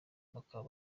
bakaba